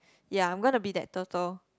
ya I'm gonna be that turtle